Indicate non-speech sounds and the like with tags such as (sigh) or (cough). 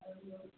(unintelligible)